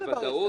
בוודאות?